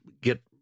get